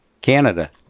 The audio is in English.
Canada